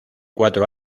cuatro